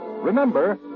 Remember